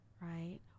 Right